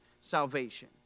salvation